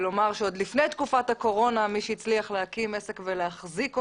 מי שהצליח להקים עסק ולהחזיק אותו,